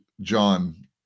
John